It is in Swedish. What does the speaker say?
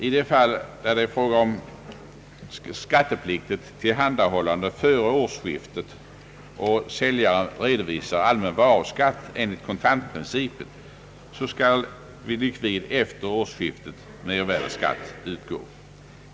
I de fall då det är fråga om skattepliktigt tillhandahållande före årsskiftet och säljaren redovisar allmän varuskatt enligt kontantprincipen, så skall vid likvid efter årsskiftet mervärdeskatt utgå.